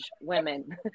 women